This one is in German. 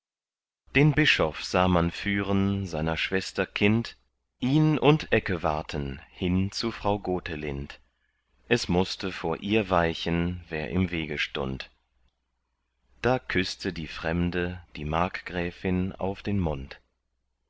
den bischof sah man führen seiner schwester kind ihn und eckewarten hin zu frau gotelind es mußte vor ihr weichen wer im wege stund da küßte die fremde die markgräfin auf den mund